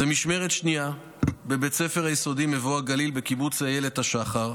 זו משמרת שנייה בבית הספר היסודי מבוא הגליל בקיבוץ איילת השחר.